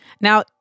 Now